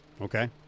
Okay